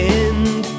end